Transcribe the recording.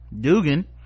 dugan